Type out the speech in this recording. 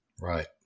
Right